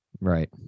right